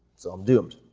so i'm doomed.